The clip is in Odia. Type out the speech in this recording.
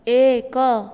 ଏକ